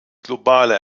globale